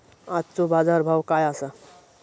आजचो बाजार भाव काय आसा?